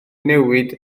newid